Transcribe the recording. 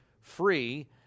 free